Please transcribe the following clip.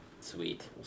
Sweet